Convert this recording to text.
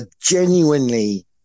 genuinely